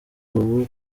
ubu